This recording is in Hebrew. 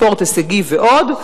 ספורט הישגי ועוד.